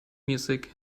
music